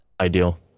ideal